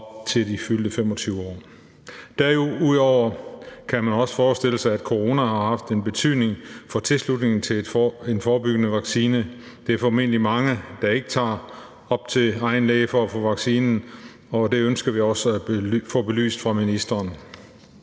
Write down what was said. til det fyldte 25. år. Derudover kan man forestille sig, at corona har haft en betydning for tilslutningen til en forebyggende vaccine. Der er formentlig mange, der ikke tager op til egen læge for at få vaccinen, og det ønsker vi også at få belyst af ministeren.